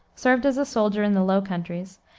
served as a soldier in the low countries,